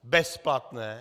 Bezplatné.